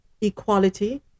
equality